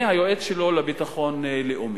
מהיועץ שלו לביטחון לאומי.